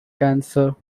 cancer